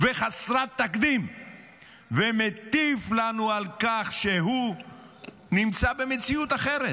וחסרת תקדים ומטיף לנו על כך שהוא נמצא במציאות אחרת.